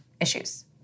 issues